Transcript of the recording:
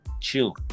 chill